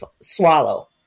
swallow